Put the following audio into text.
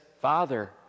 Father